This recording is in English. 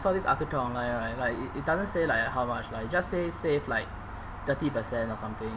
saw this article online right like it it doesn't say like uh how much but it just says save like thirty percent or something